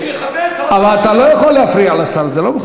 שיכבד, אתה לא יכול להפריע לשר, זה לא מכובד.